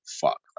fuck